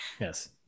yes